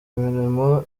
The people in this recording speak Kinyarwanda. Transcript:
imirimo